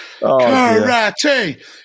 Karate